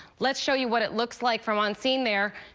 let's show you what it looks like from on scene there.